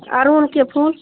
अड़हुलके फूल